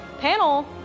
Panel